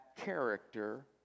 character